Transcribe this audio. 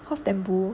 how is